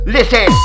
Listen